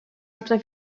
altra